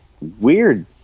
Weird